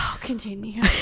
Continue